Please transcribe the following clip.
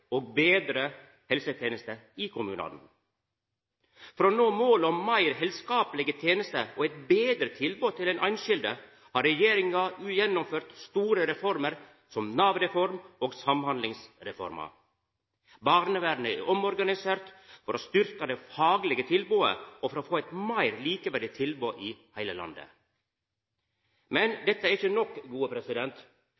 og betre helsetenester i kommunane. For å nå målet om meir heilskaplege tenester og eit betre tilbod til den einskilde har regjeringa gjennomført store reformer, som Nav-reforma og Samhandlingsreforma. Barnevernet er omorganisert for å styrkja det faglege tilbodet og for å få eit meir likeverdig tilbod i heile landet. Men